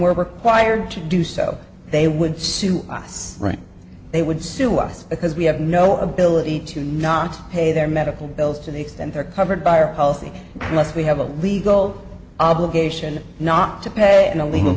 we're required to do so they would sue us right they would sue us because we have no ability to not pay their medical bills to the extent they're covered by or healthy unless we have a legal obligation not to pay in a legal